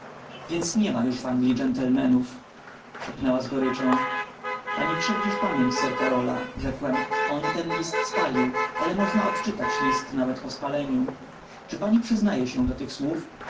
więc już niema w anglii gentlemenów szepnęła z goryczą pani krzywdzisz pamięć sir karola rzekłem on ten list spalił ale można odczytać list nawet po spaleniu czy pani przyznaje się do tych słów